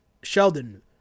Sheldon